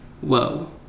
whoa